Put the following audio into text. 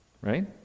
Right